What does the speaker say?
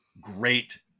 great